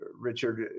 Richard